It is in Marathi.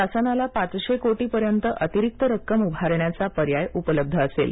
शासनाला पाचशे कोटीपर्यंत अतिरिक्त रक्कम उभारण्याचा पर्याय उपलब्ध असेल